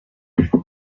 gito